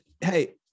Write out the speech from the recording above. Hey